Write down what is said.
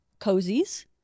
cozies